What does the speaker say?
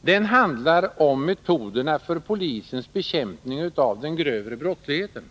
Den handlar om metoderna för polisens bekämpning av den grövre brottsligheten.